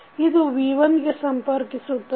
ಇದು V1 ಗೆ ಸಂಪರ್ಕಿಸುತ್ತದೆ